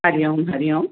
हरिओम हरिओम